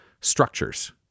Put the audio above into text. structures